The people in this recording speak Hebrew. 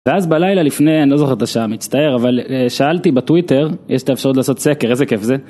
ואז בלילה לפני אני לא זוכר את השעה מצטער אבל שאלתי בטוויטר יש את האפשרות לעשות סקר איזה כיף זה.